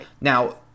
Now